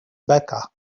becca